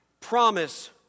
Promise